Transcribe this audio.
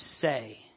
say